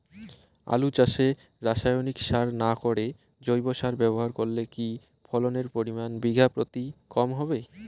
আলু চাষে রাসায়নিক সার না করে জৈব সার ব্যবহার করলে কি ফলনের পরিমান বিঘা প্রতি কম হবে?